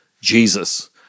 Jesus